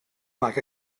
like